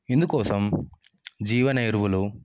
ఇందుకోసం జీవన ఎరువులు